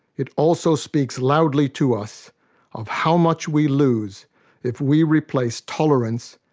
it also speaks loudly to us of how much we lose if we replace tolerance,